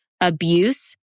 abuse